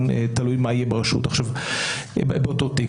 תלוי מה יהיה באותו תיק.